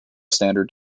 standard